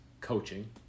coaching